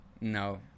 No